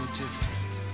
different